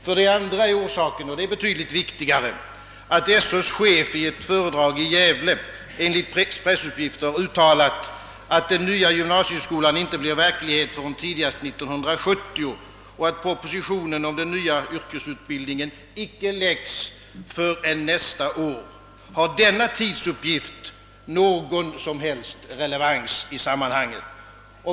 För det andra är en orsak — och den är betydligt viktigare — att SöÖ:s chef i ett föredrag i Gävle enligt pressuppgifter uttalat att den nya gymnasieskolan inte blir verklighet förrän tidigast 1970 och att propositionen om den nya yrkesutbildningen icke framläggs förrän nästa år. Har denna tidsuppgift någon som helst relevans i sammanhanget?